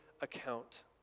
account